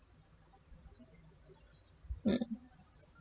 mm